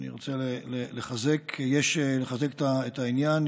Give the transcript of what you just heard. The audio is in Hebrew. אני רוצה לחזק את העניין,